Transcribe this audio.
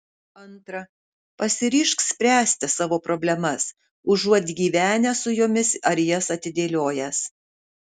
antra pasiryžk spręsti savo problemas užuot gyvenęs su jomis ar jas atidėliojęs